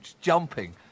jumping